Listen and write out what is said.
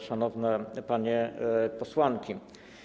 Szanowne Panie Posłanki!